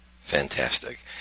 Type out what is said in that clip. fantastic